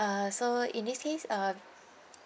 uh so in this case uh